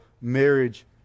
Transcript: marriage